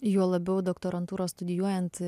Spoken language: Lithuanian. juo labiau doktorantūrą studijuojant